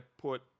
put